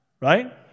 right